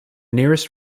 nearest